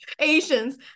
Asians